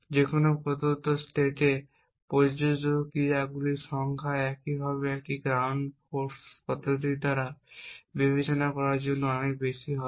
যেকোন প্রদত্ত স্টেটে প্রযোজ্য ক্রিয়াগুলির সংখ্যা এইভাবে আমরা একটি গ্রাউট ফোর্স পদ্ধতির দ্বারা বিবেচনা করার জন্য অনেক বেশি হবে